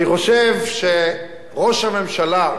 אני חושב שראש הממשלה,